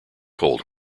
cold